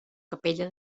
capella